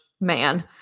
man